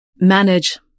Manage